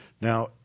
Now